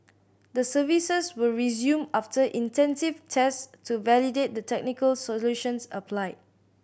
the services were resumed after intensive tests to validate the technical solutions applied